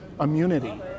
immunity